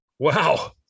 Wow